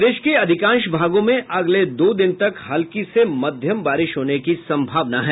प्रदेश के अधिकांश भागों में अगले दो दिन तक हल्की से मध्यम बारिश होने की सम्भावना है